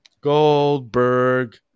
Goldberg